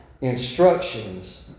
instructions